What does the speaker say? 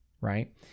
right